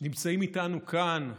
נמצאים איתנו כאן.